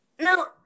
no